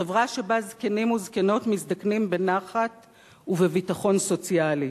חברה שבה זקנים וזקנות מזדקנים בנחת ובביטחון סוציאלי,